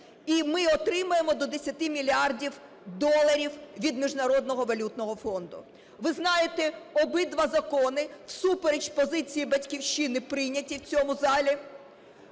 і ми отримаємо до 10 мільярдів доларів від Міжнародного валютного фонду. Ви знаєте, обидва закони всупереч позиції "Батьківщини" прийняті в цьому залі